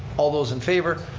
all those in favor.